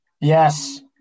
Yes